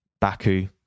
Baku